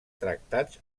tractats